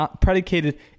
predicated